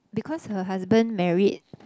because her husband married